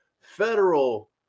federal